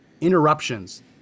interruptions